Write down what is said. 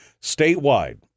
statewide